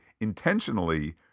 intentionally